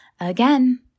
again